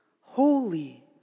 holy